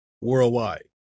worldwide